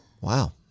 Wow